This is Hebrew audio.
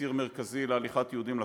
בציר מרכזי להליכת יהודים לכותל,